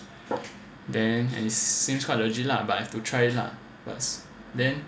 then and seems quite legit lah but I have to try lah but then